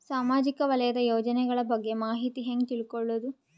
ಸಾಮಾಜಿಕ ವಲಯದ ಯೋಜನೆಗಳ ಬಗ್ಗೆ ಮಾಹಿತಿ ಹ್ಯಾಂಗ ತಿಳ್ಕೊಳ್ಳುದು?